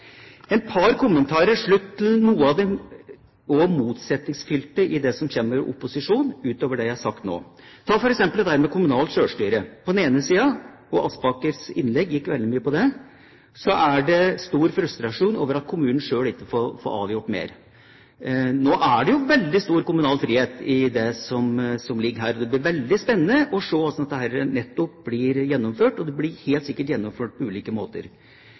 par kommentarer til slutt om noe av det motsetningsfylte som kommer fra opposisjonen – utover det jeg har sagt. La oss f.eks. ta dette med kommunalt selvstyre: På den ene siden – og Aspakers innlegg gikk veldig mye på det – er det stor frustrasjon over at kommunen selv ikke får avgjort mer. Nå er det jo veldig stor kommunal frihet i det som ligger her, og det blir veldig spennende å se hvordan dette blir gjennomført. Det blir helt sikkert gjennomført på ulike måter.